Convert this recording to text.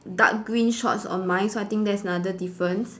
dark green shorts on mine so I think that's another difference